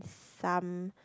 some